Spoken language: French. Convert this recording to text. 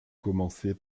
commencer